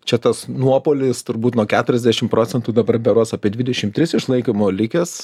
čia tas nuopolis turbūt nuo keturiasdešim procentų dabar berods apie dvidešim tris išlaikymo likęs